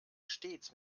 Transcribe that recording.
stets